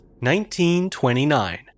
1929